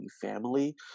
family